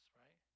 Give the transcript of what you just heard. right